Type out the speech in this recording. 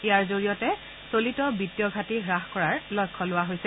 ইয়াৰ জৰিয়তে চলিত বিত্তীয় ঘাটী হাস কৰাৰ লক্ষ্য লোৱা হৈছে